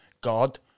god